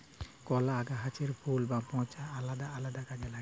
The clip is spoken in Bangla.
কলা গাহাচের ফুল বা মচা আলেদা আলেদা কাজে লাগে